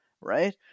right